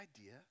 idea